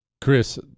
Chris